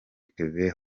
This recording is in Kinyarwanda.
kevin